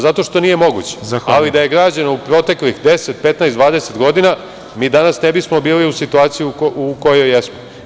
Zato što nije moguće, ali da je građeno u proteklih 10, 15, 20 godina mi danas ne bismo bili u situaciji u kojoj jesmo.